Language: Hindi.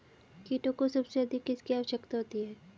कीटों को सबसे अधिक किसकी आवश्यकता होती है?